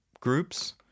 Groups